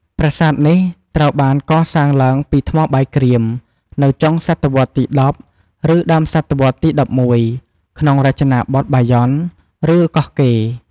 ប្រាសាទនេះត្រូវបានកសាងឡើងពីថ្មបាយក្រៀមនៅចុងសតវត្សរ៍ទី១០ ឬដើមសតវត្សរ៍ទី១១ ក្នុងរចនាបថបាយ័ន ឬកោះកេរ្ដិ៍។